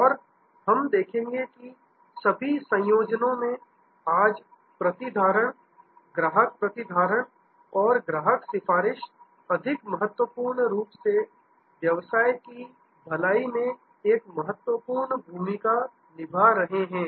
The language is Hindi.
और हम देखेंगे कि सभी संयोजनों में आज प्रतिधारण ग्राहक प्रतिधारण और ग्राहक सिफारिश अधिक महत्वपूर्ण रूप से व्यवसाय की भलाई में एक महत्वपूर्ण भूमिका निभा रहे हैं